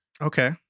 Okay